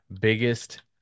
biggest